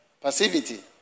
Passivity